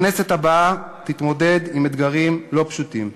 הכנסת הבאה תתמודד עם אתגרים לא פשוטים,